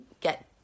get